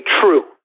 true